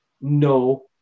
no